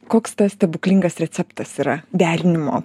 koks tas stebuklingas receptas yra derinimo